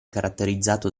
caratterizzato